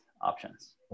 options